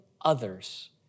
others